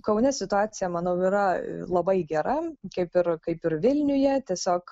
kaune situacija manau yra labai gera kaip ir kaip ir vilniuje tiesiog